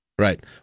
Right